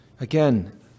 Again